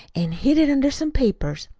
an' hid it under some papers.